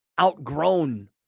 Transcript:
outgrown